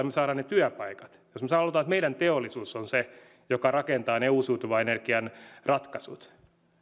me saamme ne työpaikat jos me haluamme että meidän teollisuutemme on se joka rakentaa ne uusiutuvan energian ratkaisut